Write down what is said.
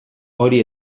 hori